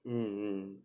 mm